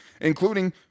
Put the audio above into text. including